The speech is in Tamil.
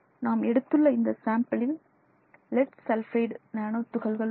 நாம் எடுத்துள்ள இந்த சாம்பிளில் லெட் சல்பைடு நானோ துகள்கள் உள்ளன